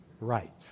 right